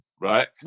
right